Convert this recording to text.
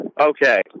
Okay